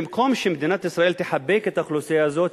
במקום שמדינת ישראל תחבק את האוכלוסייה הזאת,